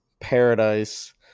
paradise